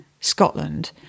Scotland